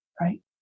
right